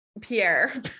Pierre